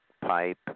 pipe